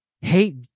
hate